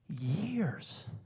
years